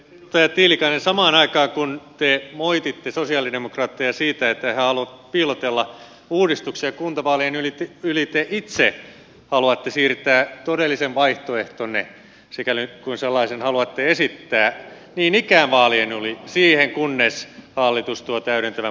edustaja tiilikainen samaan aikaan kun te moititte sosialidemokraatteja siitä että he haluavat piilotella uudistuksia kuntavaalien yli te itse haluatte siirtää todellisen vaihtoehtonne sikäli kuin sellaisen haluatte esittää niin ikään vaalien yli siihen kunnes hallitus tuo täydentävän budjettiesityksensä